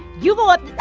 you go up.